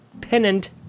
pennant